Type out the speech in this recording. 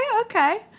okay